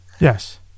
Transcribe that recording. Yes